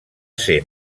ser